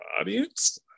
audience